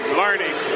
learning